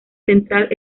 central